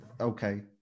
Okay